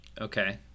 Okay